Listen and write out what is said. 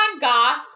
goth